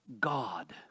God